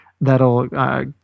that'll